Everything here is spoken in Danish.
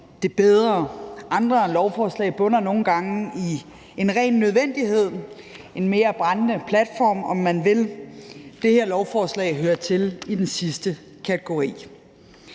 det bedre. Andre lovforslag bunder nogle gange i en ren nødvendighed, en mere brændende platform, om man vil, og det her lovforslag hører til i den sidste kategori.